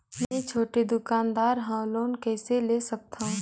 मे छोटे दुकानदार हवं लोन कइसे ले सकथव?